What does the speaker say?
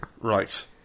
Right